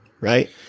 right